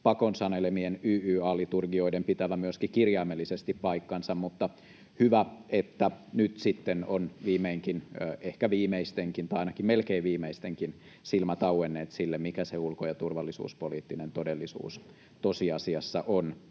pakon sanelemien YYA-liturgioiden pitävän myöskin kirjaimellisesti paikkansa. Mutta hyvä, että nyt sitten on viimeinkin ehkä viimeistenkin, tai ainakin melkein viimeistenkin, silmät auenneet sille, mikä se ulko- ja turvallisuuspoliittinen todellisuus tosiasiassa on,